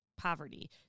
poverty